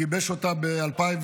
גיבש אותה ב-2006,